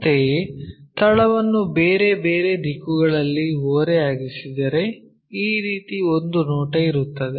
ಅಂತೆಯೇ ತಳವನ್ನು ಬೇರೆ ಬೇರೆ ದಿಕ್ಕುಗಳಲ್ಲಿ ಓರೆಯಾಗಿಸಿದರೆ ಈ ರೀತಿ ಒಂದು ನೋಟ ಇರುತ್ತದೆ